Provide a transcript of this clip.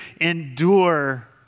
endure